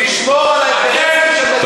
לשמור על האינטרסים של מדינת ישראל.